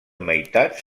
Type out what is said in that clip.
meitats